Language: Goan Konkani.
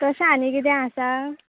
तशें आनी कितें आसा